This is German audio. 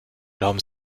glauben